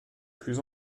plus